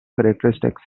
characteristics